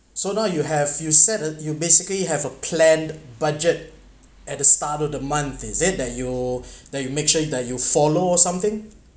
so now you have you set a you basically have a planned budget at the start of the month is it that you that you make sure that you follow or something